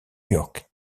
york